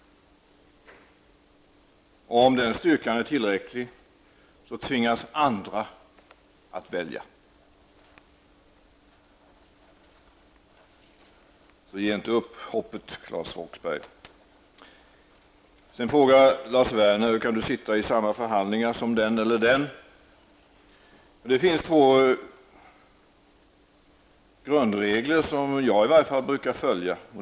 Om den styrkan är tillräcklig tvingas andra att välja. Ge inte upp hoppet, Claes Roxbergh! Sedan frågar Lars Werner hur jag kan sitta i samma förhandlingar som den eller den. Det finns två grundregler som i varje fall jag brukar följa.